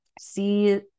see